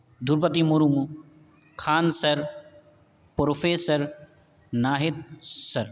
Draupadi Murmu Khan sir professor Nahid sir